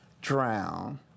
drown